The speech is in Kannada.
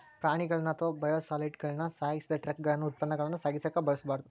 ಪ್ರಾಣಿಗಳನ್ನ ಅಥವಾ ಬಯೋಸಾಲಿಡ್ಗಳನ್ನ ಸಾಗಿಸಿದ ಟ್ರಕಗಳನ್ನ ಉತ್ಪನ್ನಗಳನ್ನ ಸಾಗಿಸಕ ಬಳಸಬಾರ್ದು